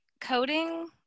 coding